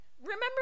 Remember